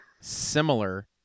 similar